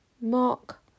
Mark